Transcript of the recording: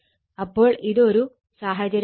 അപ്പോൾ ഇതൊരു സാഹചര്യമാണ്